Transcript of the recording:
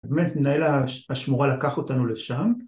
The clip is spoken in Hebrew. באמת מנהל השמורה לקח אותנו לשם...